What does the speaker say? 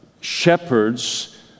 shepherds